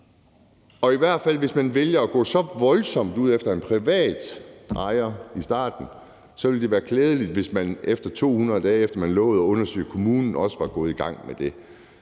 point på. Hvis man vælger at gå så voldsomt ud efter en privat ejer i starten, ville det være klædeligt, hvis man efter 200 dage, efter man lovede at undersøge kommunen, også var gået i gang med det.